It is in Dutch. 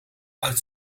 uit